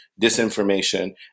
disinformation